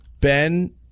Ben